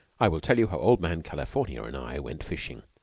i will tell you how old man california and i went fishing,